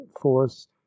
force